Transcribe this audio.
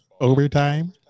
overtime